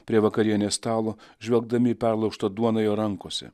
prie vakarienės stalo žvelgdami į perlaužtą duoną jo rankose